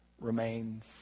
remains